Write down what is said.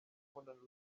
umunaniro